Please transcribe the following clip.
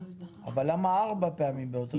למה ארבע פעמים באותו יום?